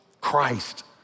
Christ